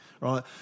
right